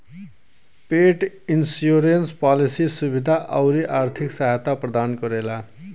पेट insurance policy सुरक्षा आउर आर्थिक सहायता प्रदान करेला